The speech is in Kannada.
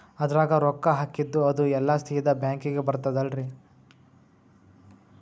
ಅದ್ರಗ ರೊಕ್ಕ ಹಾಕಿದ್ದು ಅದು ಎಲ್ಲಾ ಸೀದಾ ಬ್ಯಾಂಕಿಗಿ ಬರ್ತದಲ್ರಿ?